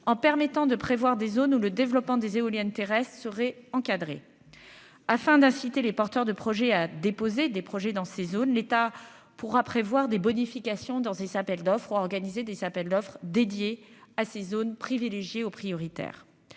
en permettant de prévoir des zones où le développement des éoliennes terrestres seraient encadrés afin d'inciter les porteurs de projet à déposer des projets dans ces zones, l'État pourra prévoir des bonifications dans des appels d'offres, organiser des appels d'offres dédiées à ces zones privilégiées au prioritaire